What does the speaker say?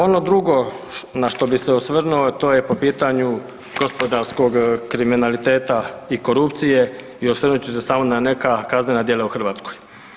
Ono drugo na što bi se osvrnuo to je po pitanju gospodarskog kriminaliteta i korupcije i osvrnut ću se samo na neka kaznena djela u Hrvatskoj.